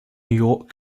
york